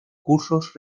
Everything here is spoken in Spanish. cursos